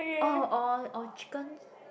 oh or or chicken